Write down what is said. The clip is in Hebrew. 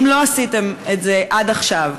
אם לא עשיתם את זה עד עכשיו,